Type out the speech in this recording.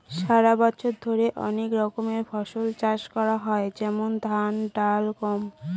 সারা বছর ধরে অনেক রকমের ফসল চাষ করা হয় যেমন ধান, ডাল, গম